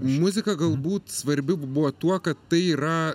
muzika galbūt svarbi buvo tuo kad tai yra